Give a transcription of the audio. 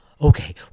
okay